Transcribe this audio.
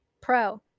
pro